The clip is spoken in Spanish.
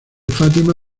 fátima